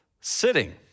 sitting